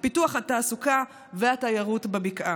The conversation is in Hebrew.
פיתוח התעסוקה והתיירות בבקעה.